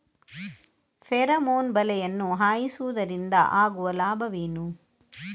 Pheromone ಬಲೆಯನ್ನು ಹಾಯಿಸುವುದರಿಂದ ಆಗುವ ಲಾಭವೇನು?